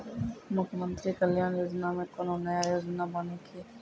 मुख्यमंत्री कल्याण योजना मे कोनो नया योजना बानी की?